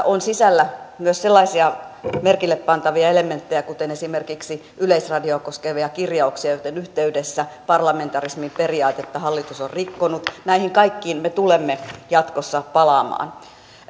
on sisällä myös sellaisia merkillepantavia elementtejä kuten esimerkiksi yleisradiota koskevia kirjauksia joiden yhteydessä parlamentarismin periaatetta hallitus on rikkonut näihin kaikkiin me tulemme jatkossa palaamaan